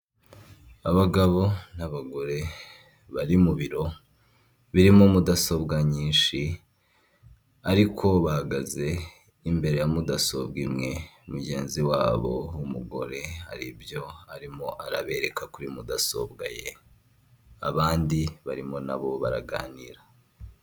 Abagabo n'abagore bari mu biro birimo mudasobwa nyinshi ariko bahagaze imbere ya mudasobwa imwe mugenzi wabo w'umugore haribyo arimo arabereka kuri mudasobwa ye abandi barimo nabo baraganira.